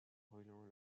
reliant